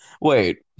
Wait